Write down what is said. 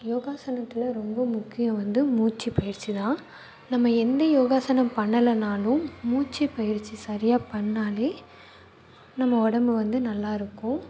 யோகாசனத்தில் ரொம்ப முக்கியம் வந்து மூச்சு பயிற்சிதான் நம்ம எந்த யோகாசனம் பண்ணலைனாலும் மூச்சு பயிற்சி சரியாக பண்ணாலே நம்ம உடம்பு வந்து நல்லா இருக்கும்